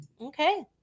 okay